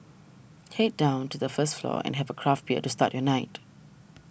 head down to the first floor and have a craft bear to start your night